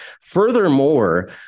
Furthermore